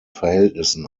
verhältnissen